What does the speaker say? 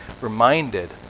reminded